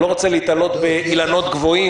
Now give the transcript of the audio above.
אני לא רוצה להיתלות באילנות גבוהים,